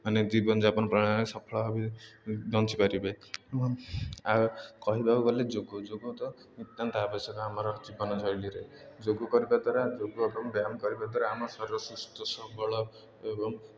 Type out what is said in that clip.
ମାନେ ଜୀବନଯାପନ ସଫଳ ବଞ୍ଚିପାରିବେ ଆଉ କହିବାକୁ ଗଲେ ଯୋଗ ଯୋଗ ତ ଆବଶ୍ୟକ ଆମର ଜୀବନ ଶୈଳୀରେ ଯୋଗ କରିବା ଦ୍ୱାରା ଯୋଗ ଏବଂ ବ୍ୟାୟାମ୍ କରିବା ଦ୍ୱାରା ଆମ ଶରୀର ସୁସ୍ଥ ସବଳ ଏବଂ